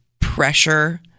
pressure